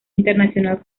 internacional